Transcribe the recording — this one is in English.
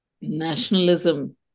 nationalism